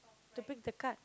to pick the card